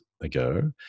ago